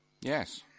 Yes